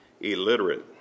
illiterate